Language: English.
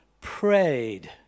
Prayed